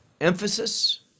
emphasis